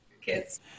kids